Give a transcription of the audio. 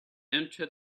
into